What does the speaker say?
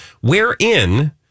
wherein